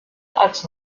als